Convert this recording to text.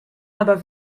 aber